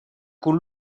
con